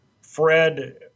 Fred